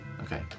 Okay